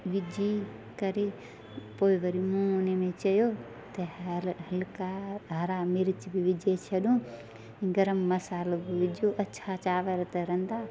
विझी करे पोइ वरी मूं उनमें चयो त हैर हलका मिर्च बि विझी छॾियूं गरम मसालो बि विझो अच्छा चांवर तरंदा